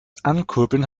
ankurbeln